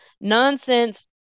nonsense